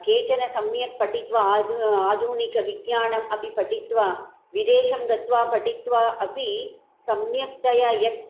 केचन सम्यक् पठित्वा आधुनिकविज्ञानम् अपि पठित्वा विदेशं गत्वा पठित्वा अपि सम्यक्तया यत्